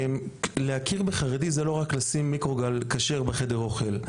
להכיר בחרדי זה לא רק לשים מיקרוגל כשר בחדר אוכל,